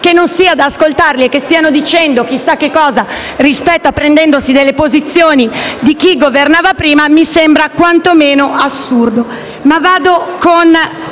che non sia necessario ascoltarli che stiano dicendo chissà cosa, prendendo le posizioni di chi governava prima, mi sembra quantomeno assurdo.